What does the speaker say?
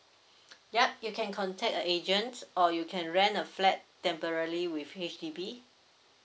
yup you can contact a agents or you can rent a flat temporary with H_D_B